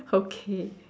okay